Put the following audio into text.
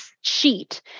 sheet